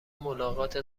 ملاقات